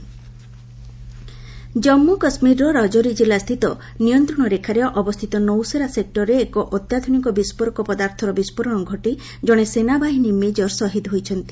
J and K blast Jammu କାଶ୍ମୀରର ରାଜୋରି ଜିଲ୍ଲା ସ୍ଥିତ ନିୟନ୍ତ୍ରଣ ରେଖାରେ ଅବସ୍ଥିତ ନୌସେରା ସେକ୍ଟରରେ ଏକ ଅତ୍ୟାଧୁନିକ ବିସ୍ଫୋରକ ପଦାର୍ଥର ବିସ୍ଫୋରଣ ଘଟି ଜଣେ ସେନାବାହିନୀ ମେଜର ଶହୀଦ ହୋଇଛନ୍ତି